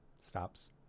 stops